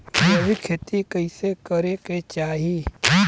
जैविक खेती कइसे करे के चाही?